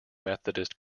methodist